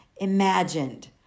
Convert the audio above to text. imagined